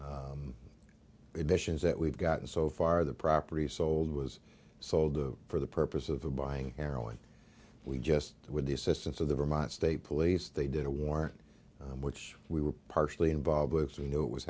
additions that we've gotten so far the property sold was sold for the purpose of a buying heroin we just with the assistance of the vermont state police they did a war which we were partially involved with so we knew it was